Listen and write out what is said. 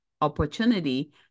opportunity